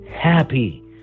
happy